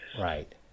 Right